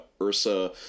Ursa